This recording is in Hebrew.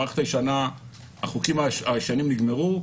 החוקים הישנים נגמרו,